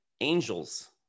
angels